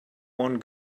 one